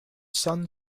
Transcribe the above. sun